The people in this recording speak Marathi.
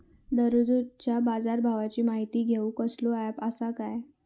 दररोजच्या बाजारभावाची माहिती घेऊक कसलो अँप आसा काय?